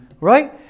right